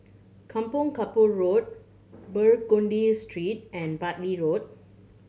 Kampong Kapor Road Burgundy Straight and Bartley Road